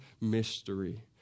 mystery